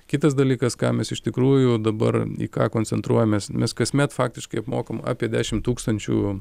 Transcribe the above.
kitas dalykas ką mes iš tikrųjų dabar į ką koncentruojamės mes kasmet faktiškai apmokom apie dešimt tūkstančių